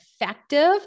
effective